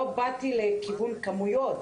לא הלכתי לכיוון כמויות.